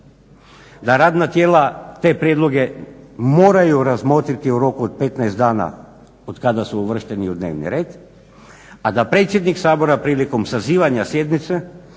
da radna tijela te prijedloge moraju razmotriti u roku od petnaest dana od kada su uvršteni u dnevni reda, a da predsjednik Sabora prilikom sazivanja sjednice